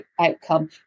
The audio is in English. outcome